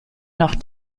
noch